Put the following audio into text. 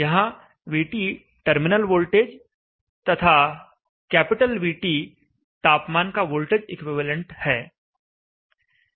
यहां vT terminal voltage तथा VT तापमान का वोल्टेज इक्विवेलेंट है